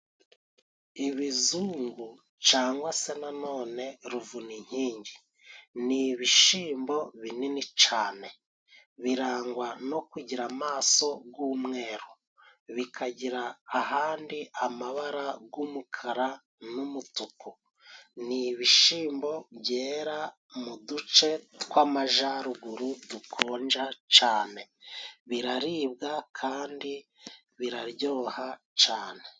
Ibizungu cangwa se na none ruvuninkingi ,ni ibishimbo binini cane birangwa no kugira amaso g'umweru, bikagira ahandi amabara g'umukara n'umutuku. Ni ibishimbo byera mu duce tw'amajaruguru dukonja cane, biraribwa kandi biraryoha cane.